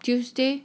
tuesday